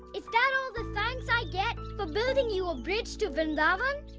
is that all the thanks i get for building you a bridge to vrindavan?